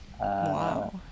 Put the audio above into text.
wow